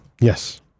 Yes